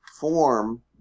form